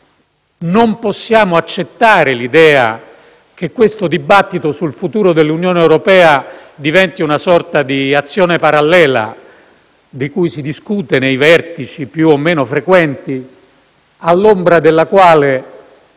Non possiamo accettare l'idea che il dibattito sul futuro dell'Unione europea diventi una sorta di azione parallela, di cui si discute nei vertici, più o meno frequenti, e all'ombra della quale